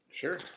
Sure